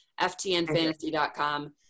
ftnfantasy.com